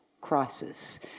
crisis